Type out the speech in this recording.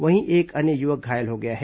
वहीं एक अन्य युवक घायल हो गया है